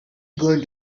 going